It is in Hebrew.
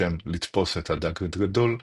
בשם "לתפוס את הדג הגדול",